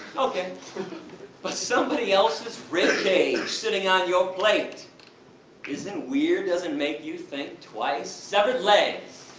okay but somebody else's ribcage sitting on your plate isn't weird? doesn't make you think twice? severed legs,